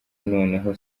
noneho